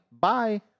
Bye